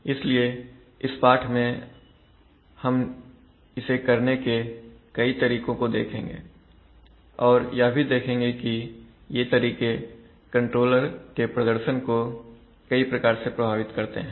इसलिए इस पाठ में हम इसे करने के कई तरीकों को देखेंगे और यह भी देखेंगे कि ये तरीके कंट्रोलर के प्रदर्शन को कई प्रकार से प्रभावित करते हैं